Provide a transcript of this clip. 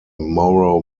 moro